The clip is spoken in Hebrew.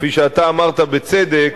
כפי שאתה אמרת בצדק,